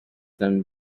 them